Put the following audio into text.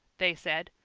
they said,